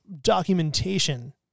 documentation